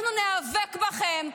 אנחנו נאבק בכם,